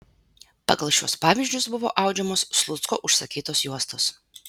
pagal šiuos pavyzdžius buvo audžiamos slucko užsakytos juostos